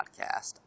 Podcast